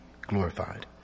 glorified